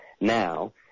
Now